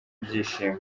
byishimo